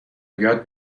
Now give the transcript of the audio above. یاد